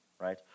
right